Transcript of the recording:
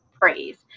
Praise